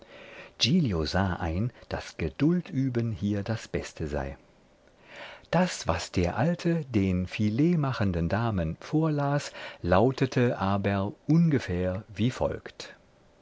sah ein daß geduld üben hier das beste sei das was der alte den filet machenden damen vorlas lautete aber ungefähr wie folgt